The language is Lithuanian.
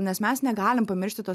nes mes negalim pamiršti tos